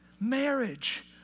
marriage